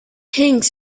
things